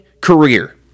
career